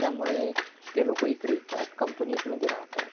त्यामुळे ते लोक इकडे येतात कंपनीतमध्ये राहतात